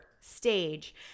stage